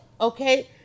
Okay